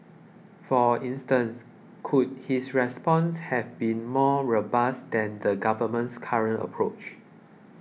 for instance could his response have been more robust than the government's current approach